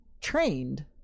trained